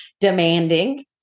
demanding